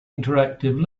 interactive